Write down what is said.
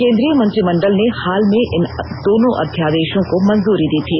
केन्द्रीय मंत्रिमंडल ने हाल में इन दोनों अध्यादेशों को मंजूरी दी थी